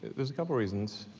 there's a couple reasons.